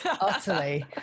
Utterly